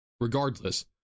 regardless